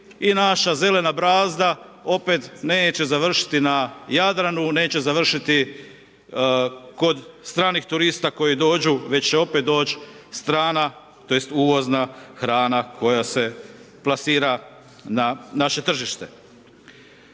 i naša zelena brazda opet neće završiti na Jadranu, neće završiti kod stranih turista koji dođu, već će opet doć strana, tj. uvozna hrana koja se plasira na naše tržište.